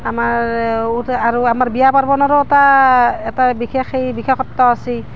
আমাৰ এওঁ আৰু আমাৰ বিয়া পাৰ্বণৰো এটা এটা বিশেষ সেই বিশেষত্ব আছে